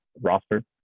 roster